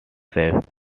safe